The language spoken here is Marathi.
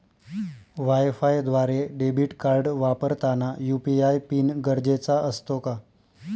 वायफायद्वारे डेबिट कार्ड वापरताना यू.पी.आय पिन गरजेचा असतो का?